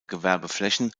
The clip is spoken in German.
gewerbeflächen